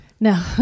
No